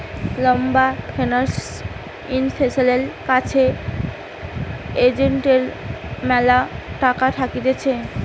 লম্বা ফিন্যান্স ইনভেস্টরের কাছে এসেটের ম্যালা টাকা থাকতিছে